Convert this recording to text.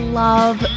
love